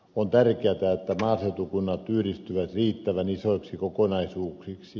on tärkeätä että maaseutukunnat yhdistyvät riittävän isoiksi kokonaisuuksiksi